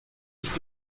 ich